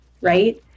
right